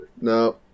No